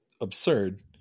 absurd